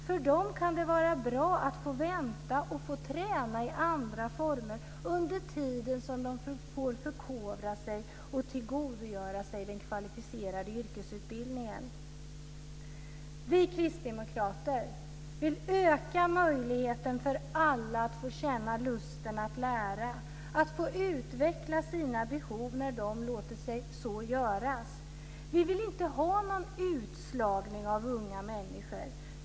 För dem kan det vara bra att få vänta och få träna i andra former under tiden de förkovrar sig och tillgodogör sig den kvalificerade yrkesutbildningen. Vi kristdemokrater vill öka möjligheten för alla att känna lusten att lära, att få utveckla sina behov när de låter sig så göras. Vi vill inte ha utslagning av unga människor.